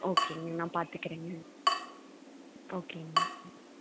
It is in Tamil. ஓகேங்க நான் பார்த்துக்குறேன்ங்க ஓகேங்க